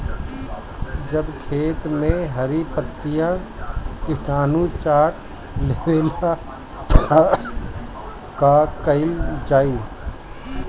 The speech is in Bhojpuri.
जब खेत मे हरी पतीया किटानु चाट लेवेला तऽ का कईल जाई?